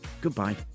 Goodbye